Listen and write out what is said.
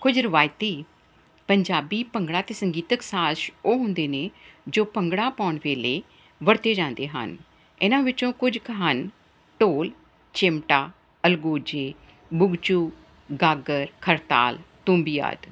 ਕੁਝ ਰਵਾਇਤੀ ਪੰਜਾਬੀ ਭੰਗੜਾ ਅਤੇ ਸੰਗੀਤਕ ਸਾਜ਼ ਉਹ ਹੁੰਦੇ ਨੇ ਜੋ ਭੰਗੜਾ ਪਾਉਣ ਵੇਲੇ ਵਰਤੇ ਜਾਂਦੇ ਹਨ ਇਹਨਾਂ ਵਿੱਚੋਂ ਕੁਝ ਕੁ ਹਨ ਢੋਲ ਚਿਮਟਾ ਅਲਗੋਜ਼ੇ ਬੁਘਚੂ ਗਾਗਰ ਖੜਤਾਲ ਤੂੰਬੀ ਆਦਿ